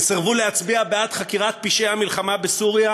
הן סירבו להצביע בעד חקירת פשעי המלחמה בסוריה.